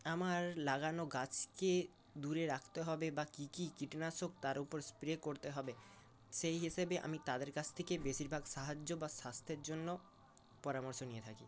আমার লাগানো গাছকে দূরে রাখতে হবে বা কী কী কীটনাশক তার উপর স্প্রে করতে হবে সেই হিসেবে আমি তাদের কাছ থেকে বেশিরভাগ সাহায্য বা স্বাস্থ্যের জন্য পরামর্শ নিয়ে থাকি